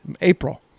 April